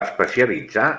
especialitzar